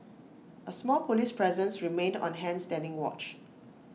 A small Police presence remained on hand standing watch